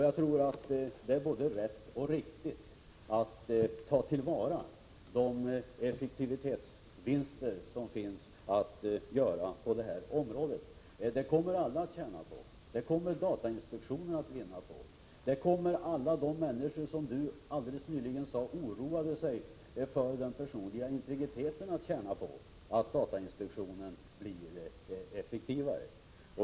Jag anser att det är rätt och riktigt att ta till vara de effektivitetsvinster som finns att göra på det här området. Det kommer alla att tjäna på. Det kommer datainspektionen att vinna på. Alla de människor som Margitta Edgren alldeles nyss sade oroar sig för den personliga integriteten tjänar på att datainspektionen blir effektivare.